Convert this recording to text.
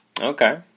Okay